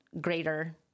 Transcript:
greater